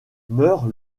meurt